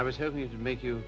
i was hoping to make you